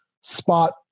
spot